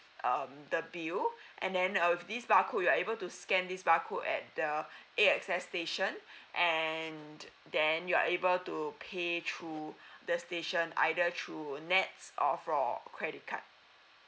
um the bill and then uh with this barcode you are able to scan this barcode at the A_X_S station and then you are able to pay through the station either through NETS or from credit card